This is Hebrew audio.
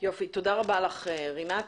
תודה רבה לך, רינת.